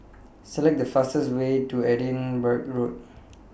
Select The fastest Way to Edinburgh Road